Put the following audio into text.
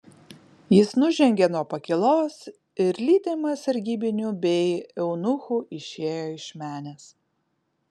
jis nužengė nuo pakylos ir lydimas sargybinių bei eunuchų išėjo iš menės